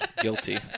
Guilty